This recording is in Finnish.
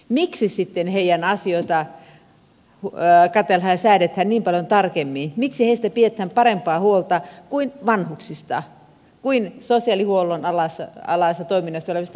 miksi sitten heidän asioitaan katsellaan ja säädetään niin paljon tarkemmin miksi heistä pidetään parempaa huolta kuin vanhuksista kuin sosiaalihuollon alaisessa toiminnassa olevista henkilöistä